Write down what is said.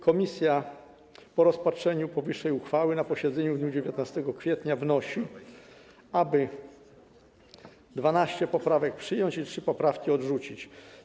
Komisja po rozpatrzeniu powyższej uchwały na posiedzeniu w dniu 19 kwietnia wnosi, aby 12 poprawek przyjąć i 3 poprawki odrzucić.